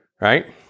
right